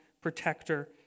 protector